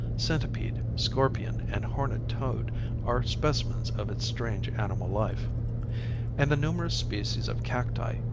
centipede, scorpion and horned toad are specimens of its strange animal life and, the numerous species of cacti,